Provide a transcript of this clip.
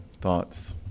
thoughts